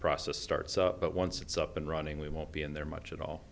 process starts but once it's up and running we won't be in there much at all